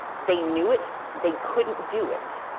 they knew it. they couldn't do it.